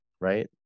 right